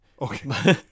okay